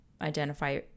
identify